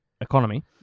economy